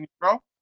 bro